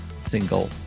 single